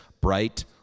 bright